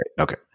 Okay